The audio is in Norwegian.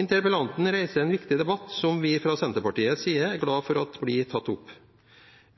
Interpellanten reiser en viktig debatt som vi fra Senterpartiets side er glad for at blir tatt opp.